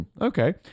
okay